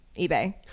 eBay